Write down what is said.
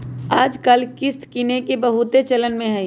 याजकाल किस्त किनेके बहुते चलन में हइ